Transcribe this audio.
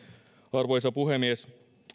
arvoisa puhemies